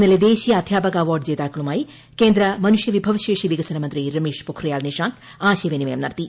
ഇന്നലെ ദേശീയ അദ്ധ്യാപക അവാർഡ് ജേതാക്ക്ളുമായി കേന്ദ്ര മനുഷ്യ വിഭവശേഷി വികസനമന്ത്രി രമേഷ് പൊഖ്മീയ്ട്ക്ൽ നിഷാങ്ക് ആശയവിനിമയം നടത്തി